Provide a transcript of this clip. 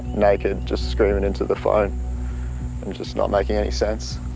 naked, just screaming into the phone and just not making any sense.